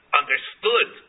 understood